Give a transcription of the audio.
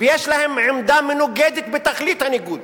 ויש להם עמדה מנוגדת בתכלית הניגוד